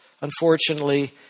unfortunately